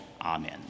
Amen